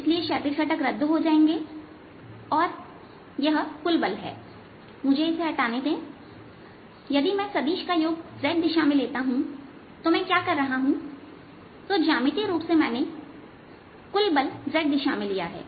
इसलिए क्षैतिज घटक रद्द हो जाएंगे और इसलिए यह कुल बल है मुझे इसे हटाने दे यदि मैं सदिश का योग z दिशा में लेता हूं तो मैं क्या कर रहा हूं तो ज्यामितीय रूप से कुल बल मैंने z दिशा में लिया है